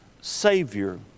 Savior